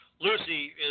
Lucy